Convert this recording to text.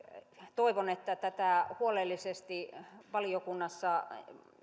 toivon että tätä lakiesitystä huolellisesti valiokunnassa